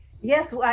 Yes